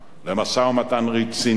למשא-ומתן רציני,